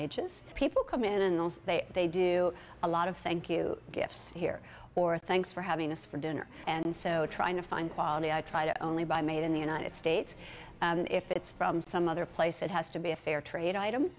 ages people come in those they do a lot of thank you gifts here or thanks for having us for dinner and so trying to find quality i try to only buy made in the united states and if it's from some other place it has to be a fair trade item